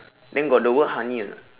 then got the word honey or not